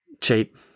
Cheap